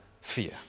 fear